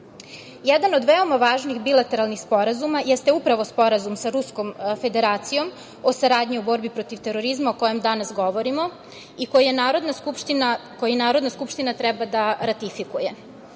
od veoma važnih bilateralnih sporazuma jeste upravo Sporazum sa Ruskom Federacijom o saradnji u borbi protiv terorizma, o kojem danas govorimo i koji je Narodna skupština treba da ratifikuje.